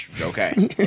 Okay